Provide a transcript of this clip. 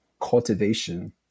cultivation